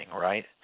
right